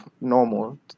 normal